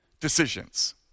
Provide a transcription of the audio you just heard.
decisions